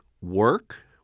work